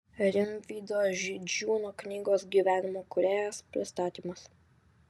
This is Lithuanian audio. rimvydo židžiūno knygos gyvenimo kūrėjas pristatymas